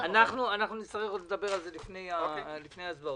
נדבר על זה לפני ההצבעות.